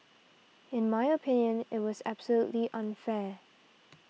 in my opinion it was absolutely unfair